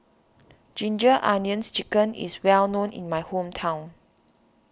Ginger Onions Chicken is well known in my hometown